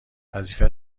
وظیفت